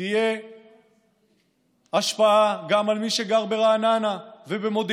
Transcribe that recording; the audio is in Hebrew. תהיה לכך השפעה גם על מי שגר ברעננה ובמודיעין.